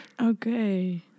Okay